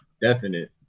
definite